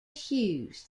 hughes